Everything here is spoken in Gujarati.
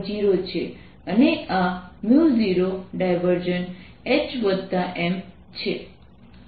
HM છે અને તેથી